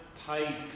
Paid